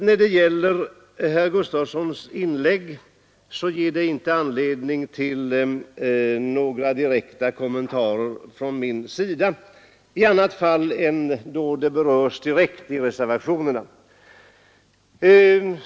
Herr Gustavssons inlägg i övrigt ger inte anledning till några direkta kommentarer från mig annat än då det berör reservationerna.